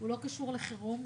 הוא לא קשור לחירום,